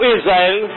Israel